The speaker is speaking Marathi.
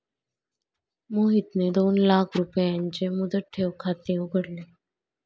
मोहितने दोन लाख रुपयांचे मुदत ठेव खाते उघडले